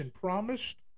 promised